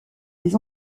les